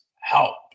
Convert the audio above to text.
help